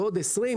ועוד 20,